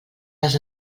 les